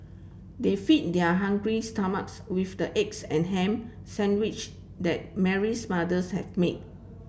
they feed their hungry stomachs with the eggs and ham sandwich that Mary's mothers had made